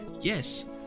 yes